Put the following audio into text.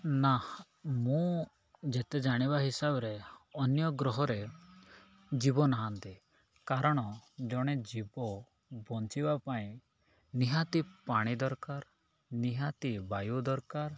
ନା ମୁଁ ଯେତେ ଜାଣିବା ହିସାବରେ ଅନ୍ୟ ଗ୍ରହରେ ଜୀବ ନାହାନ୍ତି କାରଣ ଜଣେ ଜୀବ ବଞ୍ଚିବା ପାଇଁ ନିହାତି ପାଣି ଦରକାର ନିହାତି ବାୟୁ ଦରକାର